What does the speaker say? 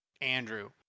andrew